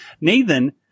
Nathan